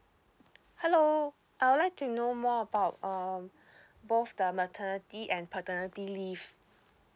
hello I would like to know more about um both the maternity and paternity leave